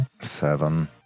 Seven